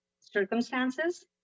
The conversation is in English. circumstances